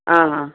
ஆஹான்